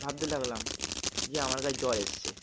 ভাবতে লাগলাম যে আমার গায়ে জ্বর এসেছে